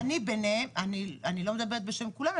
אני לא מדברת בשם כולם,